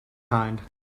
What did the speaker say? kind